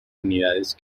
unidades